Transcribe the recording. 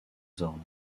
zorn